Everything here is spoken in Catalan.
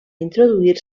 introduir